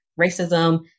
racism